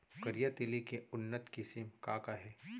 करिया तिलि के उन्नत किसिम का का हे?